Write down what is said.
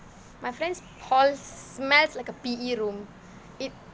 my friend's hall smells like a P_E room it